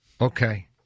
Okay